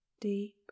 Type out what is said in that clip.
deep